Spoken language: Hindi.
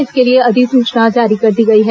इसके लिए अधिसूचना जारी कर दी गई है